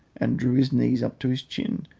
and drew his knees up to his chin,